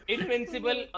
Invincible